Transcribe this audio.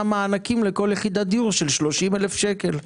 מענקים לכל יחידת דיור של 30,000 שקלים,